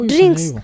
Drinks